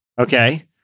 okay